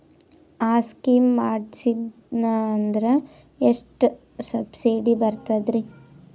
ಆ ಸ್ಕೀಮ ಮಾಡ್ಸೀದ್ನಂದರ ಎಷ್ಟ ಸಬ್ಸಿಡಿ ಬರ್ತಾದ್ರೀ?